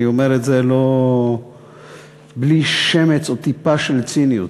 אני אומר את זה בלי שמץ או טיפה של ציניות,